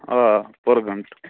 آ پٔر گَنٹہٕ